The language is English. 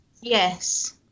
Yes